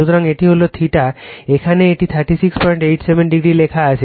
সুতরাং এটি হল θ এখানে এটি 3687o লেখা আছে